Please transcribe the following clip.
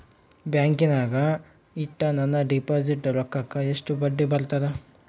ಬ್ಯಾಂಕಿನಾಗ ಇಟ್ಟ ನನ್ನ ಡಿಪಾಸಿಟ್ ರೊಕ್ಕಕ್ಕ ಎಷ್ಟು ಬಡ್ಡಿ ಬರ್ತದ?